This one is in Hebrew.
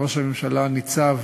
ראש הממשלה ניצב